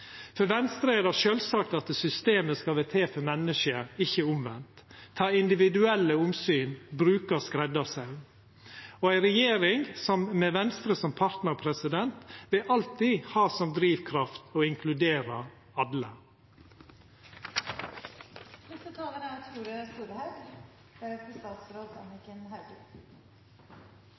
For Venstre er det sjølvsagt at systemet skal vera til for mennesket, ikkje omvendt, ta individuelle omsyn og bruka skreddarsaum. Ei regjering med Venstre som partnar vil alltid ha som drivkraft å inkludera